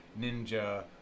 Ninja